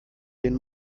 den